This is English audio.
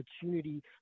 opportunity